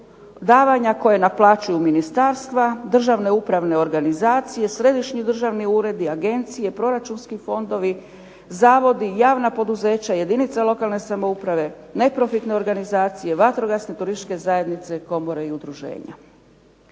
davanja koja naplaćuju ministarstva, državne upravne organizacije, središnji državni uredi, agencije, proračunski fondovi, zavodi, javna poduzeća, jedinice lokalne samouprave, neprofitne organizacije, vatrogasne turističke zajednice, komore i udruženja.